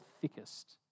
thickest